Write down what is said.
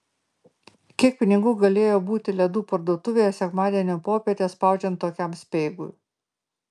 kiek pinigų galėjo būti ledų parduotuvėje sekmadienio popietę spaudžiant tokiam speigui